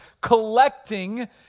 collecting